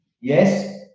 Yes